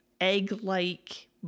egg-like